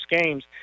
games